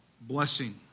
blessing